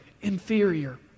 inferior